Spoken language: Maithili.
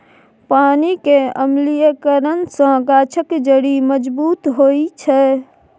पानि केर अम्लीकरन सँ गाछक जड़ि मजबूत होइ छै